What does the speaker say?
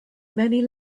many